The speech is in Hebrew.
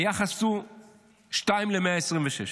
היחס הוא שתיים ל-126